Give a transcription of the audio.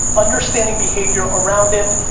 understanding behavior around it,